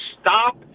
stop